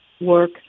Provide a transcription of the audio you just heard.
work